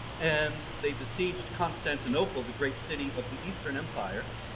and they besieged constantinople, the great city of the eastern empire,